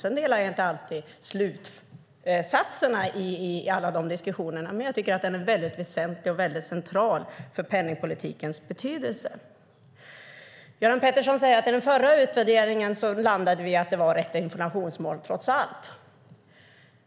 Jag delar inte alltid slutsatserna, men jag tycker att den är väsentlig och central för penningpolitikens betydelse. Göran Pettersson säger att vi vid den förra utvärderingen landade i att det trots allt var rätt inflationsmål.